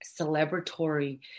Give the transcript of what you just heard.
celebratory